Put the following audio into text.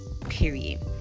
period